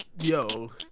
yo